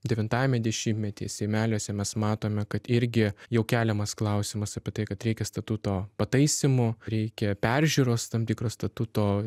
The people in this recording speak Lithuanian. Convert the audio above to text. devintajame dešimtmetyje seimeliuose mes matome kad irgi jau keliamas klausimas apie tai kad reikia statuto pataisymų reikia peržiūros tam tikros statuto